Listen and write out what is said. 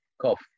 cough